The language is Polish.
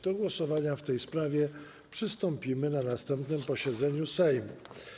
Do głosowania w tej sprawie przystąpimy na następnym posiedzeniu Sejmu.